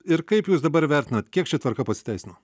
ir kaip jūs dabar vertinat kiek ši tvarka pasiteisino